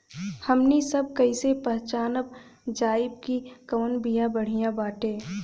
हमनी सभ कईसे पहचानब जाइब की कवन बिया बढ़ियां बाटे?